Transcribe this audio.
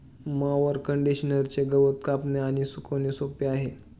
mower कंडिशनरचे गवत कापणे आणि सुकणे सोपे आहे